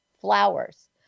flowers